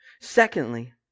Secondly